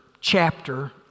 chapter